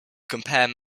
compare